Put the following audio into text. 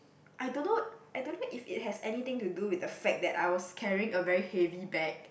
I don't know I don't know if it has anything to do with the fact that I was carrying a very heavy bag